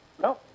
No